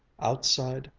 outside,